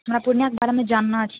हमरा पूर्णियाँके बारेमे जानना छै